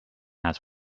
has